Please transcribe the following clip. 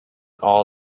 all